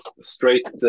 straight